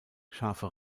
scharfe